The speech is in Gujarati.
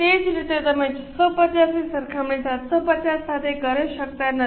તે જ રીતે તમે 650 ની સરખામણી 750 સાથે કરી શકતા નથી